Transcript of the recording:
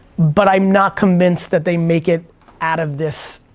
but i'm not convinced that they make it out of this,